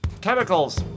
chemicals